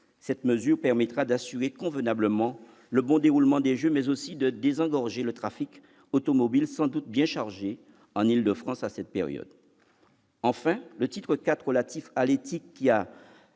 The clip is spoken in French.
Cette mesure permettra d'assurer convenablement le bon déroulement des Jeux, mais aussi de désengorger le trafic automobile, sans doute bien chargé en Île-de-France à cette période. Enfin, le titre IV, relatif à l'éthique et à